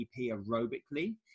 aerobically